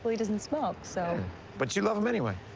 he doesn't smoke, so but you love him anyway.